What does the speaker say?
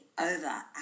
over